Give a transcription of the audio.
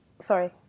Sorry